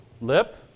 Lip